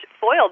foiled